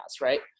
Right